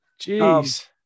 Jeez